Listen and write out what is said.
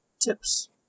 tips